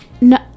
No